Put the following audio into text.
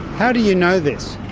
how do you know this?